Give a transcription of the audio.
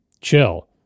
Chill